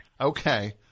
okay